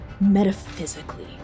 metaphysically